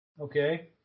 okay